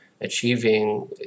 achieving